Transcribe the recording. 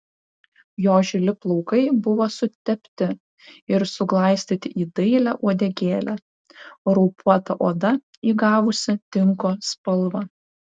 jo žili plaukai buvo sutepti ir suglaistyti į dailią uodegėlę raupuota oda įgavusi tinko spalvą